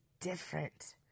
different